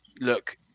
look